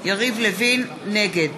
נגד